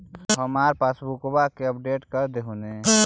हमार पासबुकवा के अपडेट कर देहु ने?